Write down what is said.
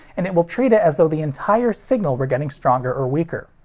and it will treat it as though the entire signal were getting stronger or weaker.